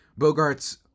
Bogarts